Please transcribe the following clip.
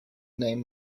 name